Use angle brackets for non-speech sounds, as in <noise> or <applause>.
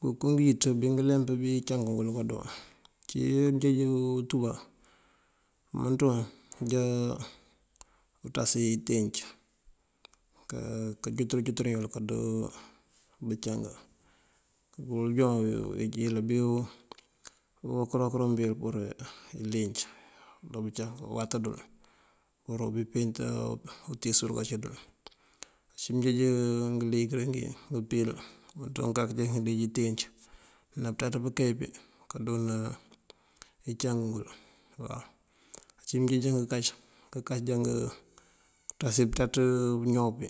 Ngënko ngëwíţ bí nguleemp bí ngëcang ngël kando. uncí mënjeej untúba umënţ wun ajá <hesitation> unţáasi itenc kanjutër jutër yël kando bëncang. Uwul joon unyíil bíwu karo këroon yël ulinc, undo bëncang uwat dël pur umpíint utíis kancí dul. Uncí mënjeej ngëlingalul ngëmpíl ngëmënţa ngun kak ajá ngënjeej intenc uwala pënţaţ pënkay pí kandoona incang ngul waw. Uncí ngënjeej ngënkac, ngënkac já ngënţasi pënţaţ pëñaw bí,